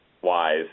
wise